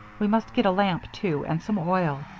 we must get a lamp too, and some oil,